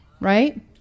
Right